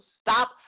stop